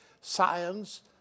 Science